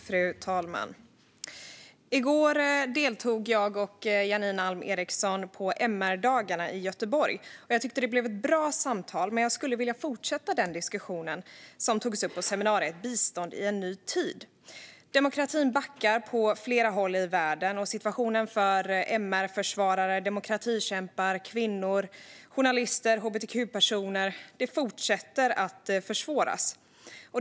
Fru talman! I går deltog jag och Janine Alm Ericson på MR-dagarna i Göteborg. Jag tyckte att det blev ett bra samtal, men jag skulle vilja fortsätta den diskussion som togs upp på seminariet, bistånd i en ny tid. Demokratin backar på flera håll i världen, och situationen för MR-försvarare, demokratikämpar, kvinnor, journalister och hbtq-personer fortsätter att försvåras.